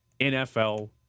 NFL